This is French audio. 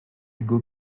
ugo